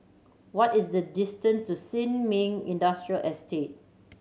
what is the distant to Sin Ming Industrial Estate